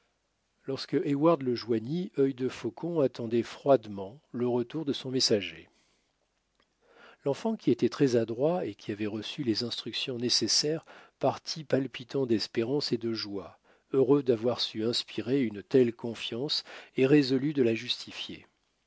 lorsque heyward le joignit œil de faucon attendait froidement le retour de son messager l'enfant qui était très adroit et qui avait reçu les instructions nécessaires partit palpitant d'espérance et de joie heureux d'avoir su inspirer une telle confiance et résolu de la justifier